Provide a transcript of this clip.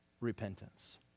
repentance